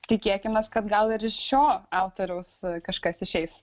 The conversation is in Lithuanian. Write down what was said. tikėkimės kad gal ir iš šio autoriaus kažkas išeis